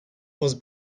was